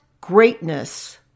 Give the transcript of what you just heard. greatness